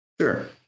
Sure